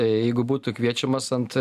jeigu būtų kviečiamas ant